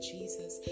Jesus